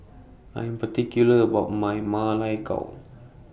I Am particular about My Ma Lai Gao